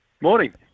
Morning